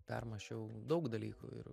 permąsčiau daug dalykų ir